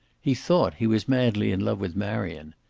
he thought he was madly in love with marion.